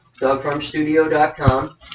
dogfarmstudio.com